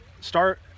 start